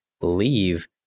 leave